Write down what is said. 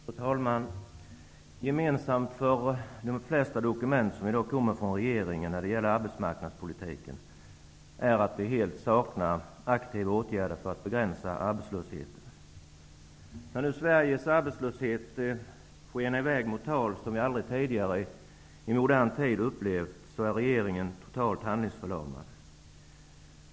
Fru talman! Gemensamt för de flesta dokument som i dag kommer från regeringen när det gäller arbetsmarknadspolitiken är att de helt saknar aktiva åtgärder för att begränsa arbetslösheten. När nu arbetslösheten i Sverige skenar i väg mot tal som vi aldrig tidigare i modern tid upplevt, är regeringen totalt handlingsförlamad.